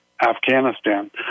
Afghanistan